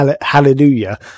hallelujah